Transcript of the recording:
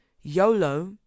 YOLO